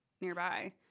nearby